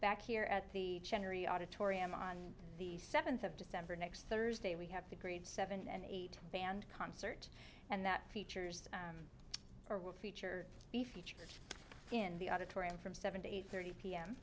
back here at the auditorium on the seventh of december next thursday we have the grade seven and eight band concert and that features or will feature the feature in the auditorium from seven to eight thirty p